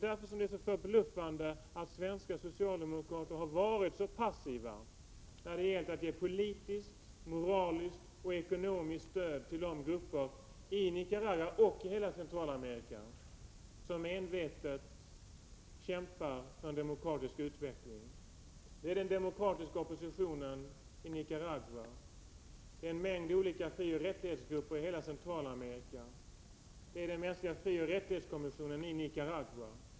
Därför är det så förbluffande att svenska socialdemokrater har varit så passiva när det gällt att ge politiskt, moraliskt och ekonomiskt stöd till de grupper i Nicaragua och i hela Centralamerika som envetet kämpar för en demokratisk utveckling. Det är den demokratiska oppositionen i Nicaragua, en mängd olika frioch rättighetsgrupper i hela Centralamerika, det är den mänskliga frioch rättighetskommissionen i Nicaragua.